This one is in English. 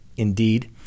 indeed